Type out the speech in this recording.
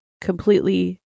completely